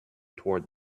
toward